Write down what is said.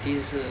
dessert